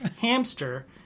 hamster